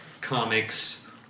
comics